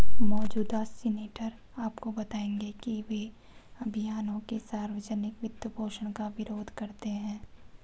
मौजूदा सीनेटर आपको बताएंगे कि वे अभियानों के सार्वजनिक वित्तपोषण का विरोध करते हैं